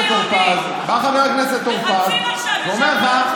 מחפשים עכשיו יושב-ראש לפקולטה יהודית.